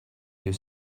you